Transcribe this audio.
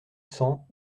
cents